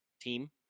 team